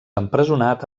empresonat